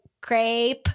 crepe